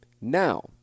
Now